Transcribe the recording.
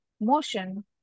motion